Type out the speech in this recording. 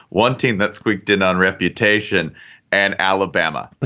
one team that squeaked in on reputation and alabama but